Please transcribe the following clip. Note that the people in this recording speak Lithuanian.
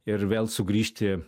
ir vėl sugrįžti